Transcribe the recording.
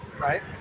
Right